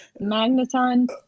Magneton